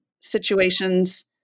situations